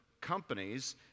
companies